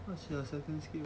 what's your second skill